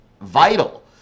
vital